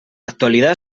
actualidad